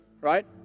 right